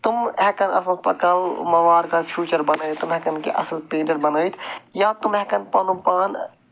تِم ہٮ۪کَن اَتھ منٛز پَکناوو یِمو وارٕکار فیٛوٗچر بَنٲوِتھ تِم ہٮ۪کَن کیٚنٛہہ اَصٕل پینٹر بَنٲوِتھ یا تِم ہٮ۪کَن پَنُن پان